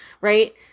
right